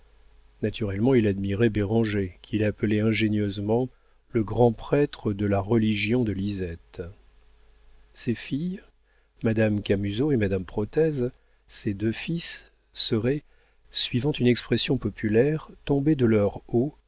naturellement il admirait béranger qu'il appelait ingénieusement le grand prêtre de la religion de lisette ses filles madame camusot et madame protez ses deux fils seraient suivant une expression populaire tombés de leur